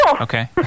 Okay